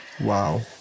Wow